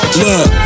look